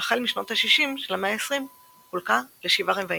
והחל משנות ה-60 של המאה ה-20 חולקה ל-7 רבעים.